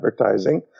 advertising